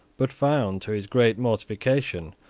but found, to his great mortification,